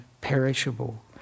perishable